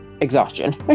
Exhaustion